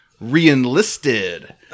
reenlisted